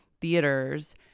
theaters